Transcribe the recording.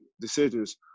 decisions